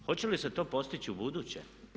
Hoće li se to postići ubuduće?